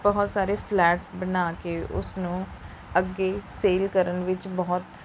ਬਹੁਤ ਸਾਰੇ ਫਲੈਟਸ ਬਣਾ ਕੇ ਉਸਨੂੰ ਅੱਗੇ ਸੇਲ ਕਰਨ ਵਿੱਚ ਬਹੁਤ